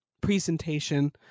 presentation